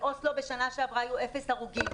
באוסלו בשנה שעברה היו אפס הרוגים.